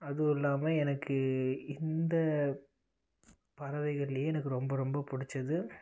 அதுவும் இல்லாமல் எனக்கு இந்த பறவைகள்யே எனக்கு ரொம்ப ரொம்ப பிடிச்சது